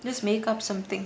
just make up something